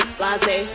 blase